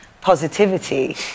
positivity